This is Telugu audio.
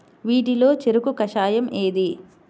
వీటిలో చెరకు కషాయం ఏది?